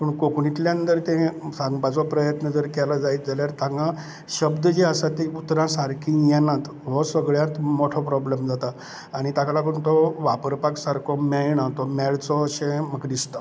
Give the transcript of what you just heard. पूण कोंकणींतल्यान जर ते सांगपाचो प्रयत्न जर केलो जायत जाल्यार हांगा शब्द जे आसा तीं उतरां सारकीं येनात हो सगळ्यांत मोठो प्रॉब्लम जाता आनी ताका लागून तो वापरपाक सारको मेळना तो मेळचो अशें म्हाका दिसता